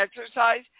exercise